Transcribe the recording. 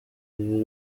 ibi